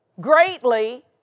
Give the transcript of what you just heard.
Greatly